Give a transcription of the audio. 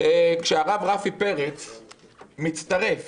כשהרב רפי פרץ מצטרף,